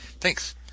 Thanks